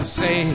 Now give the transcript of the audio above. say